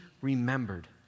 remembered